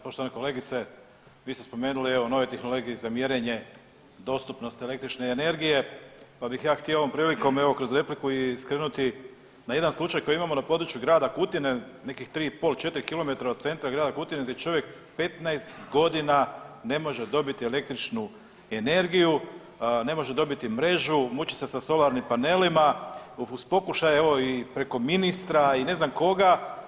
Poštovana kolegice, vi ste spomenuli nove tehnologije za mjerenje dostupnosti električne energije pa bih ja htio ovom prilikom kroz repliku skrenuti na jedan slučaj koji imamo na području Grada Kutine nekih tri po pol, četiri kilometra od centra Grada Kutine gdje čovjek 15 godina ne može dobiti električnu energiju, ne može dobiti mrežu, muči se sa solarnim panelima uz pokušaje preko ministra i ne znam koga.